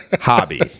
Hobby